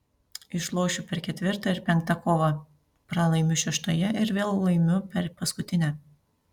išlošiu per ketvirtą ir penktą kovą pralaimiu šeštoje ir vėl laimiu per paskutinę